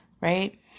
Right